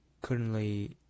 currently